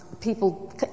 people